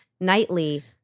nightly